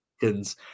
seconds